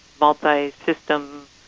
multi-system